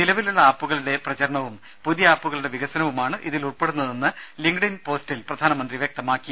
നിലവിലുള്ള ആപ്പുകളുടെ പ്രചാരണവും പുതിയ ആപ്പുകളുടെ വികസനവുമാണ് ഇതിൽ ഉൾപ്പെടുന്നതെന്ന് ലിങ്ക്ഡ് ഇൻ പോസ്റ്റിൽ പ്രധാനമന്ത്രി വ്യക്തമാക്കി